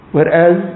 Whereas